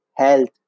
health